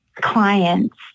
clients